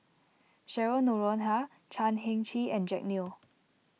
Cheryl Noronha Chan Heng Chee and Jack Neo